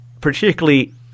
particularly